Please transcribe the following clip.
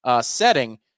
setting